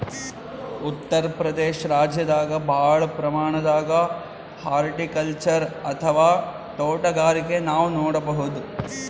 ಉತ್ತರ್ ಪ್ರದೇಶ ರಾಜ್ಯದಾಗ್ ಭಾಳ್ ಪ್ರಮಾಣದಾಗ್ ಹಾರ್ಟಿಕಲ್ಚರ್ ಅಥವಾ ತೋಟಗಾರಿಕೆ ನಾವ್ ನೋಡ್ಬಹುದ್